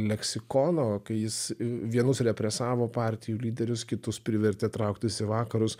leksikono kai jis vienus represavo partijų lyderius kitus privertė trauktis į vakarus